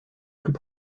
plus